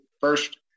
First